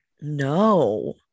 No